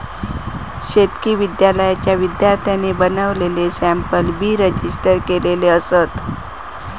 शेतकी विद्यालयाच्या विद्यार्थ्यांनी बनवलेले सॅम्पल बी रजिस्टर केलेले असतत